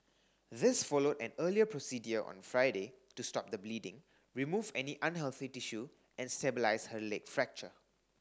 this followed an earlier procedure on Friday to stop the bleeding remove any unhealthy tissue and stabilise her leg fracture